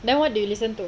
then what do you listen to